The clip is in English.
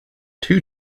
two